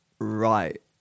right